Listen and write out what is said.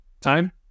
time